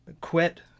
quit